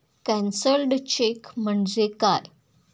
Cancelled cheque म्हणजे काय?